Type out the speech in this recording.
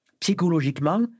psychologiquement